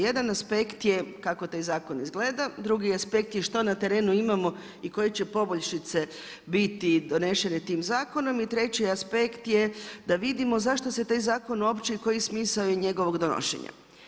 Jedan aspekt je kako taj zakon izgleda, drugi aspekt je što na terenu imamo i koje će poboljšice biti donešene tim zakonom i treći aspekt je da vidimo zašto se taj zakon uopće i koji je smisao je njegovog donošenja.